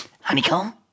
Honeycomb